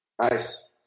Nice